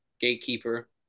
gatekeeper